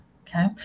okay